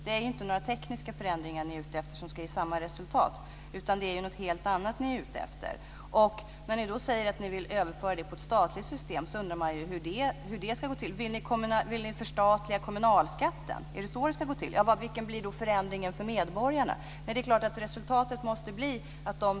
Det är inte några tekniska förändringar ni är ute efter som ska ge samma resultat, utan det är något helt annat ni är ute efter. När ni säger att ni vill överföra det på ett statligt system undrar man hur det ska gå till. Vill ni förstatliga kommunalskatten? Är det så det ska gå till? Vilken blir då förändringen för medborgarna?